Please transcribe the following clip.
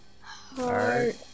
Heart